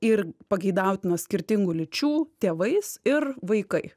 ir pageidautina skirtingų lyčių tėvais ir vaikai